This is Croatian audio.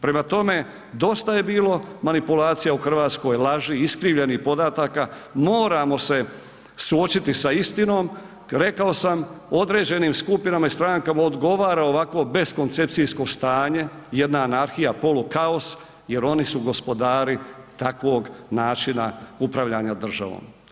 Prema tome, dosta je bilo manipulacija, laži, iskrivljenih podataka, moramo se suočiti sa istinom, rekao sam određenim skupinama i strankama odgovara ovako beskoncepcijsko stanje, jedna anarhija, polukaos jer oni su gospodari takvog načina upravljanja državom.